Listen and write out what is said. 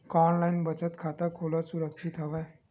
का ऑनलाइन बचत खाता खोला सुरक्षित हवय?